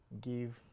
give